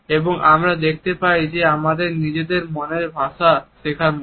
এবং আমরা দেখতে পাই যে আমাদের নিজেদের মনের ভাষা শেখার মত